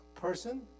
person